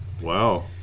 Wow